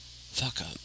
fuck-up